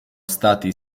stati